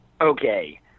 Okay